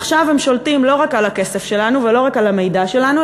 עכשיו הם שולטים לא רק על הכסף שלנו ולא רק על המידע שלנו,